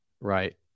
right